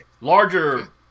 Larger